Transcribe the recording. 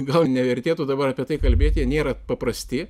gal nevertėtų dabar apie tai kalbėti jie nėra paprasti